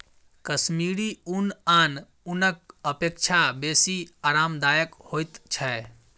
कश्मीरी ऊन आन ऊनक अपेक्षा बेसी आरामदायक होइत छै